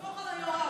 סמוך על היושב-ראש.